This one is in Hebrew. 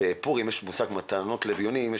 בפורים יש מושג מתנות לאביונים,